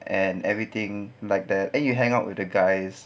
and everything like that and you hang out with the guys